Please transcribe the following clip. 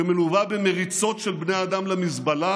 שמלווה במריצות של בני אדם למזבלה,